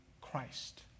Christ